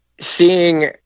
seeing